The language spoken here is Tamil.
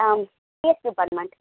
ah CS department